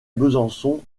besançon